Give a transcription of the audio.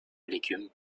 légumes